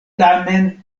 tamen